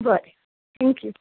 बरे थॅक्यू